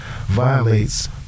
violates